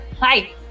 Hi